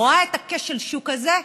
רואה את כשל השוק הזה,